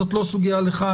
זו לא סוגיה לך,